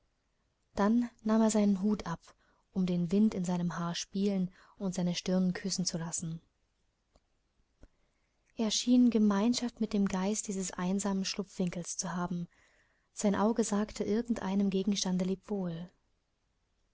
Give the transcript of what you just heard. dann nahm er seinen hut ab um den wind in seinem haar spielen und seine stirn küssen zu lassen er schien gemeinschaft mit dem geist dieses einsamen schlupfwinkels zu haben sein auge sagte irgend einem gegenstande